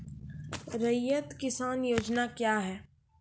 रैयत किसान योजना क्या हैं?